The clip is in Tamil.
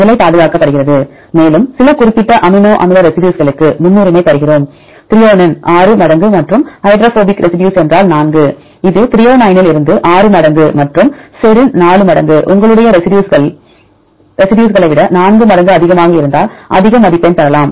நிலை பாதுகாக்கப்படுகிறது மேலும் சில குறிப்பிட்ட அமினோ அமில ரெசிடியூஸ்களுக்கு முன்னுரிமை தருகிறோம் த்ரோயோனைன் 6 மடங்கு மற்றும் ஹைட்ரோபோபிக் ரெசிடியூஸ் என்றால் 4 இது த்ரோயோனைனில் இருந்து 6 மடங்கு மற்றும் செரின் 4 மடங்கு உங்களுடைய ரெசிடியூஸ்களை விட 4 மடங்கு அதிகமாக இருந்தால் அதிக மதிப்பெண் பெறலாம்